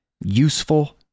useful